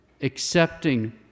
accepting